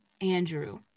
andrew